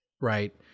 right